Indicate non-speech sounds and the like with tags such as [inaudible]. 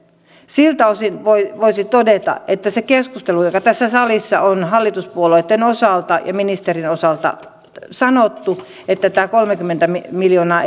siltä osin voisi todeta että sitä mitä tässä salissa on hallituspuolueitten ja ministerin osalta sanottu että tämä kolmekymmentä miljoonaa [unintelligible]